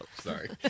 sorry